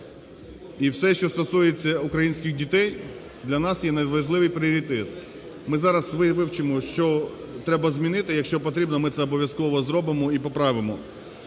І все, що стосується українських дітей, для нас є найважливіший пріоритет. Ми зараз вивчимо, що треба змінити, якщо потрібно, ми це обов'язково зробимо і поправимо.